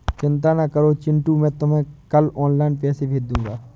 चिंता ना करो चिंटू मैं तुम्हें कल ऑनलाइन पैसे भेज दूंगा